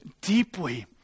deeply